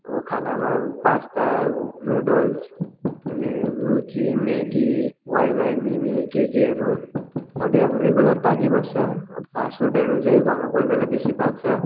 अब खानामा pasta noodles अनि रुची मेगी वाइवाई मिमी केकेहरू सधैँ अब रेगुलर पाकिबस्छ अब फास्टफुडहरू चाहिँ घरमा कोही बेला बेसी पाक्छ